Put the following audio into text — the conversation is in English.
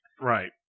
Right